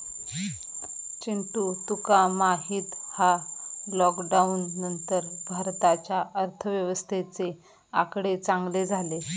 चिंटू तुका माहित हा लॉकडाउन नंतर भारताच्या अर्थव्यवस्थेचे आकडे चांगले झाले